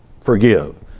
forgive